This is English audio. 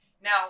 Now